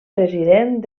president